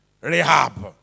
Rehab